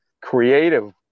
creative